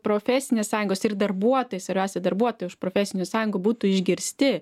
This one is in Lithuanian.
profesinės sąjungos ir darbuotojai svarbiausia darbuotojai profesinių sąjungų būtų išgirsti